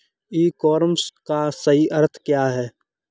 ई commerce का सही अर्थ क्या है?